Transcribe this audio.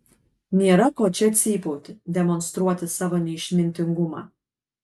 nėra ko čia cypauti demonstruoti savo neišmintingumą